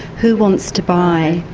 who wants to buy.